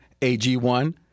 AG1